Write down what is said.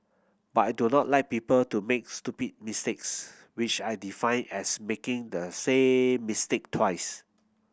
but I do not like people to make stupid mistakes which I define as making the same mistake twice